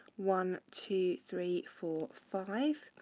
one, two, three, four, five.